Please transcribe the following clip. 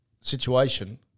situation